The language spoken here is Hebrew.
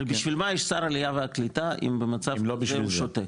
הרי בשביל מה יש שר העלייה והקליטה אם במצב כזה הוא שותק?